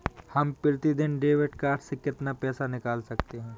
हम प्रतिदिन debit card से कितना पैसा निकाल सकते हैं?